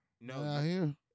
No